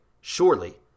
surely